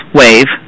wave